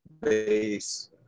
base